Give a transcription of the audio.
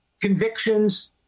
convictions